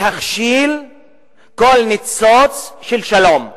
להכשיל כל ניצוץ של שלום,